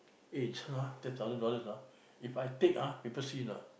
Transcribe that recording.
eh this one ah ten thousand ah If I take ah people see not